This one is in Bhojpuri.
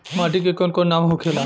माटी के कौन कौन नाम होखेला?